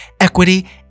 equity